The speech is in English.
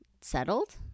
settled